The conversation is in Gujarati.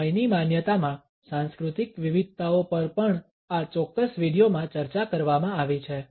સમયની માન્યતામાં સાંસ્કૃતિક વિવિધતાઓ પર પણ આ ચોક્કસ વિડિઓમાં ચર્ચા કરવામાં આવી છે